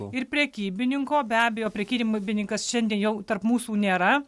ir prekybininko be abejo prekybininkas šiandien jau tarp mūsų nėra